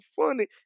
funny